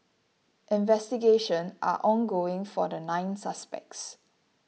investigation are ongoing for the nine suspects